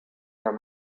their